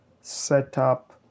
setup